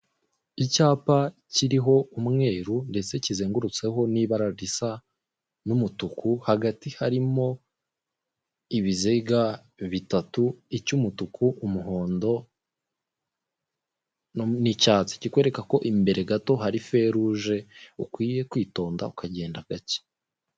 Icyaka kiriho umweru ndetse ndetse kizendurutseho n'ibara risa n'umutuku, hagati harimo ibiziga bitatu; icy' umutuku, w'umuhondo, n'icyatsi, kikwereka ko imbere hari feruje, ukwiye kwitonda ukagenda gake.